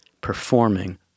performing